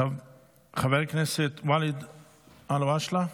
חבר הכנסת ואליד אלהואשלה,